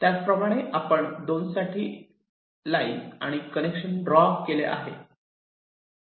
त्याचप्रमाणे आपण 2 साठी लाईन आणि कनेक्शन ड्रॉ केले आहे